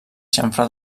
xamfrà